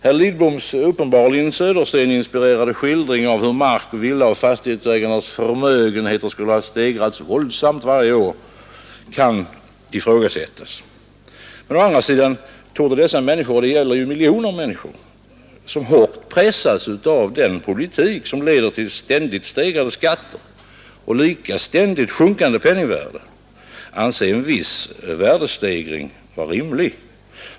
Herr Lidboms tydligen Södersteninspirerade skildring av hur mark-, villaoch fastighetsägarnas förmögenheter skulle ha stegrats våldsamt varje år kan ifrågasättas. Men å andra sidan torde dessa människor — det gäller miljoner människor, som hårt pressas av den politik som leder till ständigt stegrade skatter och lika ständigt sjunkande penningvärde — anse en viss värdestegring rimlig.